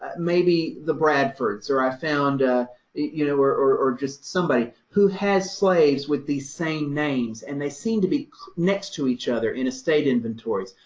maybe the bradfords or i found, ah you know, or or just somebody, who has slaves with these same names and they seem to be next to each other in estate inventories,